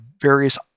various